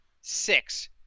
Six